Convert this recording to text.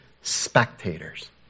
spectators